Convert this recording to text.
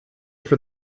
for